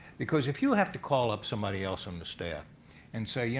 because if you have to call up somebody else on the staff and say, you